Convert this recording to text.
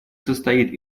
состоит